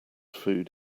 food